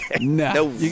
No